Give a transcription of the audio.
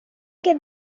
get